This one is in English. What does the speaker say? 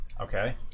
Okay